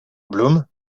bloom